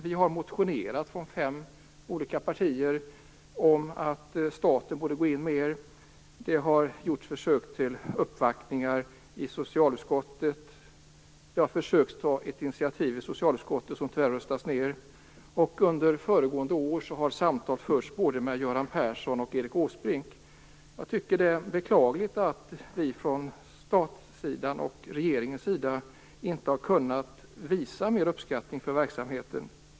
Vi har motionerat från fem olika partier om att staten borde gå in mer. Det har gjorts försök till uppvaktningar i socialutskottet. Det har försökts att ta ett initiativ i socialutskottet, men det har tyvärr röstats ned. Under föregående år har samtal förts med både Göran Persson och Erik Åsbrink. Det är beklagligt att vi från statens och regeringens sida inte har kunnat visa mer uppskattning för verksamheten.